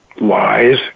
lies